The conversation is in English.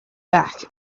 back